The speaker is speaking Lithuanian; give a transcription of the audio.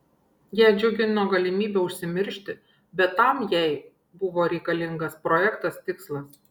ją džiugino galimybė užsimiršti bet tam jai buvo reikalingas projektas tikslas